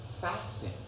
fasting